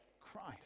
Christ